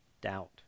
Doubt